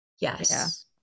Yes